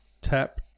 tap